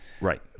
Right